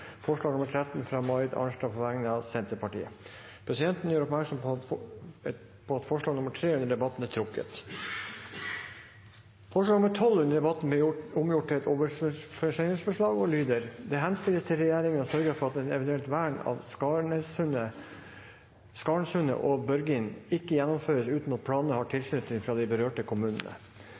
forslag nr. 13, fra Marit Arnstad på vegne av Senterpartiet Presidenten gjør oppmerksom på at forslag nr. 3 er trukket. Forslag nr. 12 er under debatten omgjort til oversendelsesforslag og lyder i endret form: «Det henstilles til Regjeringen å sørge for at et eventuelt vern av Skarnsundet og Børgin ikke gjennomføres uten at planene har tilslutning fra de berørte